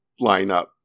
lineup